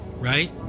right